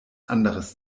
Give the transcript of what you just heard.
anderes